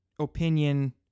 opinion